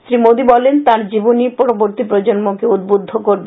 শ্রী মোদি বলেন তাঁর জীবনী পরবর্তী প্রজন্মকে উদ্বুদ্ধ করবে